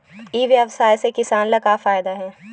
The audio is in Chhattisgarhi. ई व्यवसाय से किसान ला का फ़ायदा हे?